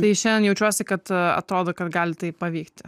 tai šiandien jaučiuosi kad atrodo kad gali pavykti